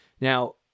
Now